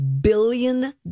billion